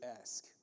ask